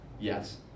Yes